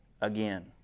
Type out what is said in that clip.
Again